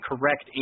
correct